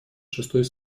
шестой